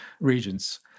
regions